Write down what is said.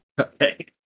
Okay